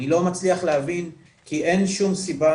אני לא מצליח להבין כי אין שום סיבה